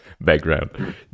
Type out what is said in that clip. background